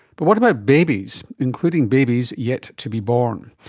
but what about babies, including babies yet to be born?